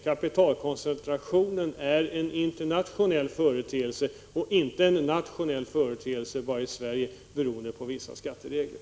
Kapitalkoncentrationen är en internationell företeelse och inte en nationell företeelse som beror på vissa svenska skatteregler.